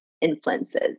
influences